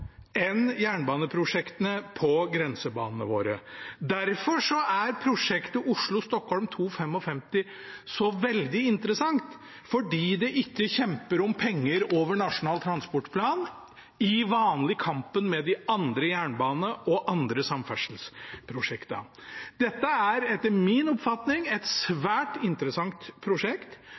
Derfor er prosjektet Oslo–Stockholm 2.55 så veldig interessant, fordi det ikke kjemper om penger over Nasjonal transportplan i den vanlige kampen med de andre jernbanene og de andre samferdselsprosjektene. Dette er etter min oppfatning et svært interessant prosjekt,